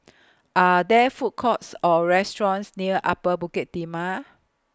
Are There Food Courts Or restaurants near Upper Bukit Timah